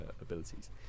abilities